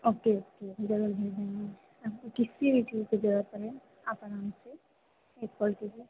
okay आपको किसी भी चीज की जरूरत पड़े आप आराम से एक कॉल कीजिए